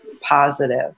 positive